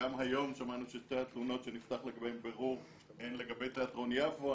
וגם היום שמענו ששתי התלונות שנפתח לגביהן בירור הן לגבי תיאטרון יפו.